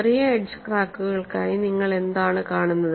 ചെറിയ എഡ്ജ് ക്രാക്കുകൾക്കായി നിങ്ങൾ എന്താണ് കാണുന്നത്